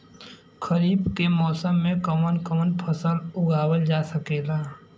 खरीफ के मौसम मे कवन कवन फसल उगावल जा सकेला?